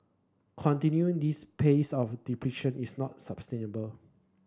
continuing this pace of depletion is not sustainable